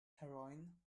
heroine